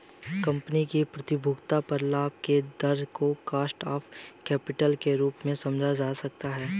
company की प्रतिभूतियों पर लाभ के दर को कॉस्ट ऑफ कैपिटल के रूप में समझा जा सकता है